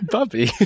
Bubby